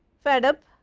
fed up,